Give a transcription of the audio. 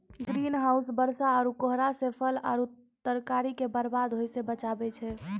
green house बरसा आरु कोहरा से फल आरु तरकारी के बरबाद होय से बचाबै छै